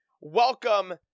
Welcome